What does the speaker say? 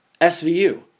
SVU